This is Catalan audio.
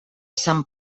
sant